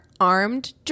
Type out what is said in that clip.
armed